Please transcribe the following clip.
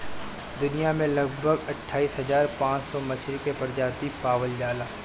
दुनिया में लगभग अट्ठाईस हज़ार पाँच सौ मछरी के प्रजाति पावल जाला